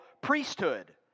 priesthood